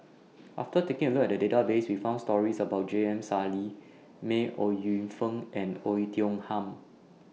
after taking A Look At The Database We found stories about J M Sali May Ooi Yu Fen and Oei Tiong Ham